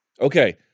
Okay